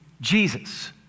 Jesus